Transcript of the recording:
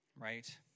Right